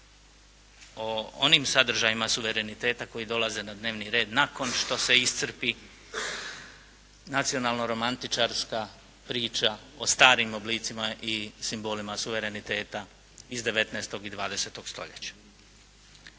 o onim sadržajima suvereniteta koji dolaze na dnevni red nakon što se iscrpi nacionalno-romantičarska priča o starim oblicima i simbolima suvereniteta iz 19. i 20. stoljeća.